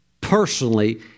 personally